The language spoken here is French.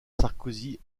sarkozy